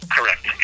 Correct